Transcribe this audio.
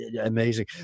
Amazing